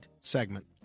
segment